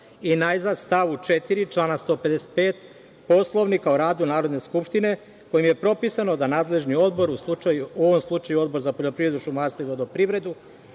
i najzad, stavu 4. člana 155. Poslovnika o radu Narodne skupštine, kojim je propisano da nadležni odbor, u ovom slučaju Odbor za poljoprivredu, šumarstvo i vodoprivredu